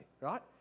right